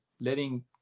letting